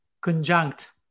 conjunct